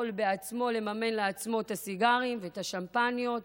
בעצמו לממן לעצמו את הסיגרים ואת השמפניות,